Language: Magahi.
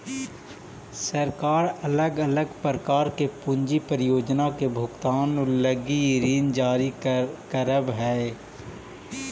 सरकार अलग अलग प्रकार के पूंजी परियोजना के भुगतान लगी ऋण जारी करवऽ हई